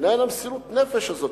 מנין מסירות הנפש הזאת?